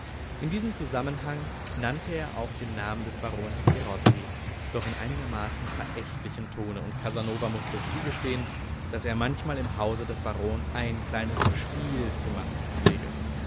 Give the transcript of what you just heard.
in diesem zusammenhang nannte er auch den namen des barons perotti doch in einigermaßen verächtlichem tone und casanova mußte zugestehen daß er manchmal im hause des barons ein kleines spiel zu machen pflege